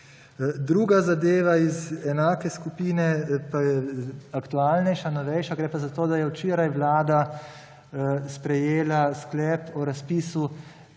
Druga zadeva iz enake skupine pa je aktualnejša, novejša, gre pa za to, da je včeraj Vlada sprejela sklep o razpisu